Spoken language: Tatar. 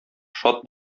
шат